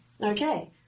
Okay